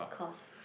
course